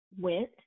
went